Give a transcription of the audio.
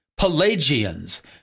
Pelagians